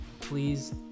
Please